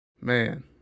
Man